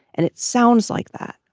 and it sounds like that.